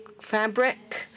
fabric